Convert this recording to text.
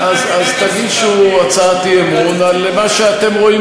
אז תגישו הצעת אי-אמון על מה שאתם רואים